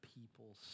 people